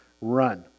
run